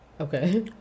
Okay